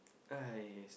uh yes